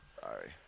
Sorry